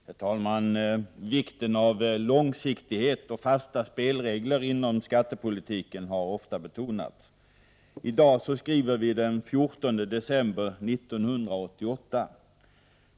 Herr talman! Vikten av långsiktighet och fasta spelregler inom skattepolitiken har ofta betonats. I dag skriver vi den 14 december 1988.